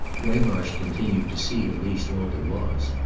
waymarsh continued to see at least all there was.